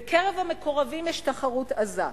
בקרב המקורבים יש תחרות עזה,